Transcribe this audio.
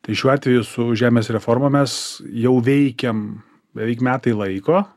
tai šiuo atveju su žemės reforma mes jau veikiam beveik metai laiko